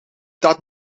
dat